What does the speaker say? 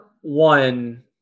one